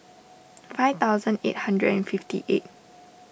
five thousand eight hundred and fifty eight